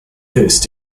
first